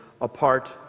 apart